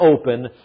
open